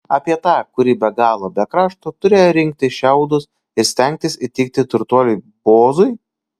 apie tą kuri be galo be krašto turėjo rinkti šiaudus ir stengtis įtikti turtuoliui boozui